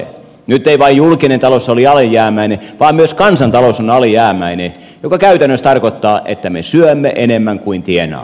nyt ei vain julkinen talous ole alijäämäinen vaan myös kansantalous on alijäämäinen mikä käytännössä tarkoittaa että me syömme enemmän kuin tienaamme